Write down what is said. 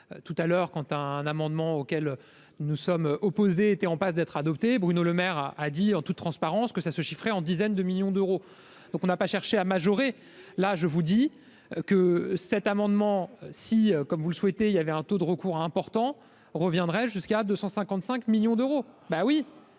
tout à l'heure quand un amendement auquel nous sommes opposés étaient en passe d'être adopté, Bruno Lemaire a a dit en toute transparence que ça se chiffrer en dizaines de millions d'euros, donc on n'a pas cherché à majorer, là je vous dis que cet amendement si comme vous le souhaitez, il y avait un taux de recours important reviendrait jusqu'à 255 millions d'euros, bah oui,